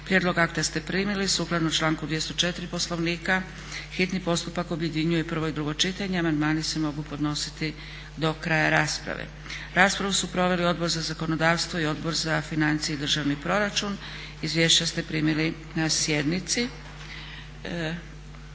Prijedlog akta ste primili. Sukladno članku 204. Poslovnika hitni postupak objedinjuje prvo i drugo čitanje, a amandmani se mogu podnositi do kraja rasprave. Raspravu su proveli Odbor za zakonodavstvo i Odbor za financije i državni proračun. Izvješća ste primili na sjednici.